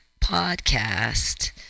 podcast